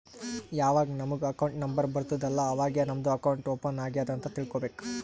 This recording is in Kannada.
ಯಾವಾಗ್ ನಮುಗ್ ಅಕೌಂಟ್ ನಂಬರ್ ಬರ್ತುದ್ ಅಲ್ಲಾ ಅವಾಗೇ ನಮ್ದು ಅಕೌಂಟ್ ಓಪನ್ ಆಗ್ಯಾದ್ ಅಂತ್ ತಿಳ್ಕೋಬೇಕು